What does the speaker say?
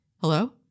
Hello